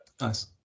nice